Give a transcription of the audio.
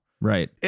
right